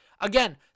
Again